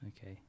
Okay